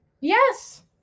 Yes